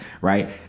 Right